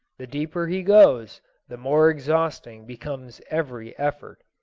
the deeper he goes the more exhausting becomes every effort.